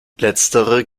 letztere